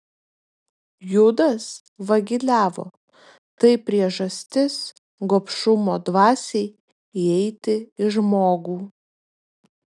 judas vagiliavo tai priežastis gobšumo dvasiai įeiti į žmogų